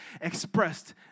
expressed